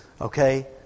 Okay